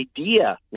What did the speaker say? idea